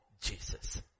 Jesus